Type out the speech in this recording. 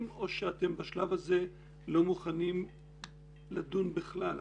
או שאתם בשלב הזה לא מוכנים לדון בכלל.